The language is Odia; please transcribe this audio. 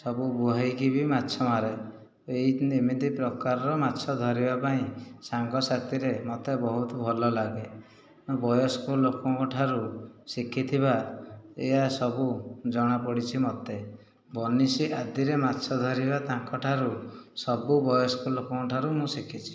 ସବୁ ବୁହାଇକି ବି ମାଛ ମାରେ ଏଇ ଏମିତି ପ୍ରକାରର ମାଛ ଧରିବା ପାଇଁ ସାଙ୍ଗସାଥିରେ ମୋତେ ବହୁତ ଭଲ ଲାଗେ ବୟସ୍କ ଲୋକଙ୍କଠାରୁ ଶିଖିଥିବା ଏହା ସବୁ ଜଣାପିଡ଼ିଛି ମୋତେ ବନିଶୀ ଆଦିରେ ମାଛ ଧରିବା ତାଙ୍କଠାରୁ ସବୁ ବୟସ୍କ ଲୋକଙ୍କଠାରୁ ମୁଁ ଶିଖିଛି